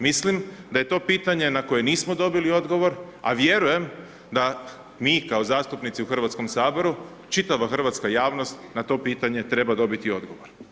Mislim da je to pitanje na koje nismo dobili odgovor, a vjerujem da mi kao zastupnici u hrvatskom saboru, čitava hrvatska javnost na to pitanje treba dobiti odgovor.